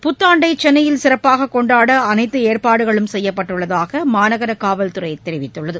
புத்தாண்டைசென்னையில் சிறப்பாககொண்டாடஅனைத்துஏற்பாடுகளும் செய்யப்பட்டுள்ளதாகமாநகரகாவல்துறைதெரிவித்துள்ளது